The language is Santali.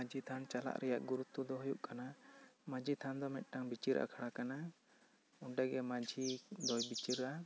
ᱢᱟᱹᱡᱷᱤ ᱛᱷᱟᱱ ᱪᱟᱞᱟᱜ ᱨᱮᱭᱟᱜ ᱜᱩᱨᱩᱛᱛᱚ ᱫᱚ ᱦᱩᱭᱩᱜ ᱠᱟᱱᱟ ᱢᱟᱹᱡᱷᱤ ᱛᱷᱟᱱ ᱫᱚ ᱢᱤᱫᱴᱟᱝ ᱵᱤᱪᱟᱨ ᱟᱠᱷᱲᱟ ᱠᱟᱱᱟ ᱚᱸᱰᱮ ᱜᱮ ᱢᱟᱹᱡᱷᱤ ᱫᱚᱭ ᱵᱤᱪᱟᱹᱨᱟ